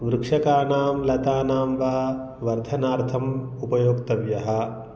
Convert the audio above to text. वृक्षाणां लतानां वा वर्धनार्थं उपयोक्तव्यः